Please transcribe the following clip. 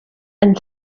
and